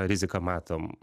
riziką matom